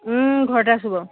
ঘৰতে আছোঁ বাৰু